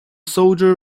soldier